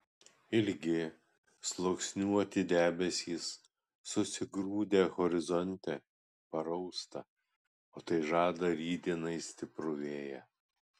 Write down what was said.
ilgi sluoksniuoti debesys susigrūdę horizonte parausta o tai žada rytdienai stiprų vėją